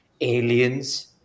aliens